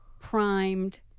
primed